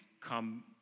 come